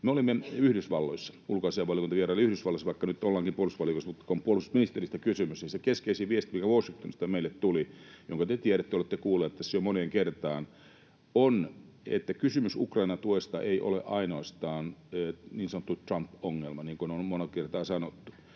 Me olimme Yhdysvalloissa, ulkoasiainvaliokunta vieraili Yhdysvalloissa, vaikka nyt ollaankin puolustusministeriön puolella, mutta kun puolustusministeristä on kysymys, niin se keskeisin viesti, mikä Washingtonista meille tuli, jonka te tiedätte, olette kuullut tässä jo moneen kertaan, on, että kysymys Ukrainan tuesta ei ole ainoastaan niin sanottu Trump-ongelma, niin kuin on moneen kertaan sanottu.